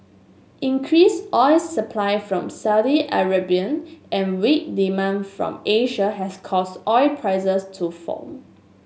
increased oil supply from Saudi Arabia and weak demand from Asia has caused oil prices to fall